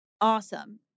awesome